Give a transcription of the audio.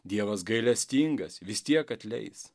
dievas gailestingas vis tiek atleis